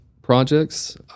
Projects